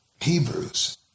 Hebrews